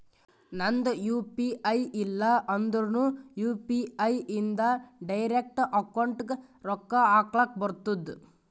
ನಂದ್ U P I ಇಲ್ಲ ಅಂದುರ್ನು ಯು.ಪಿ.ಐ ಇಂದ್ ಡೈರೆಕ್ಟ್ ಅಕೌಂಟ್ಗ್ ರೊಕ್ಕಾ ಹಕ್ಲಕ್ ಬರ್ತುದ್